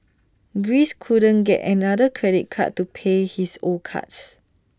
Greece couldn't get another credit card to pay his old cards